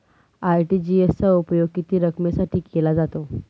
RTGS चा उपयोग किती रकमेसाठी केला जातो?